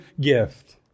gift